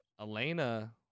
Elena